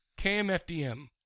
KMFDM